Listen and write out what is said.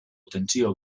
tentsio